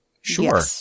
Sure